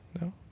No